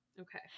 okay